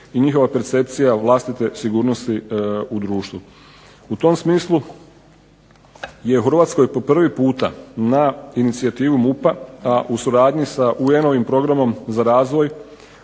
i njihova percepcija vlastite sigurnosti u društvu. U tom smislu je u Hrvatskoj po prvi puta na inicijativu MUP-a, a u suradnji sa UN-ovim programom za razvoj